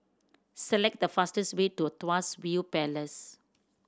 select the fastest way to Tuas View Palace